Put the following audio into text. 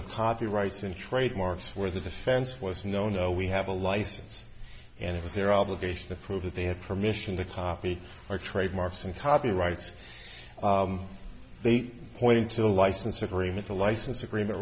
of copyright and trademark where the defense was no no we have a license and it was their obligation to prove that they have permission to copy or trademarks and copyrights they point to the license agreement the license agreement